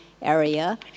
area